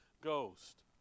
Ghost